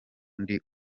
ndi